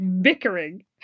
bickering